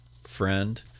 friend